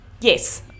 Yes